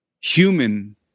human